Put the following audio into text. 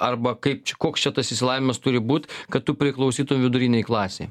arba kaip koks čia tas išsilavinimas turi būt kad tu priklausytum vidurinei klasei